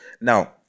now